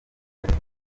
airtel